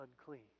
unclean